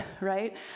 right